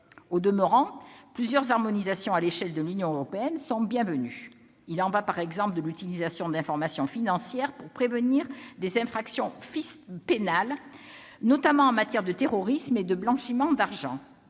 Au demeurant, plusieurs harmonisations à l'échelle de l'Union européenne sont les bienvenues. Je pense, par exemple, à l'utilisation d'informations financières pour prévenir des infractions pénales, notamment en matière de terrorisme et de blanchiment d'argent.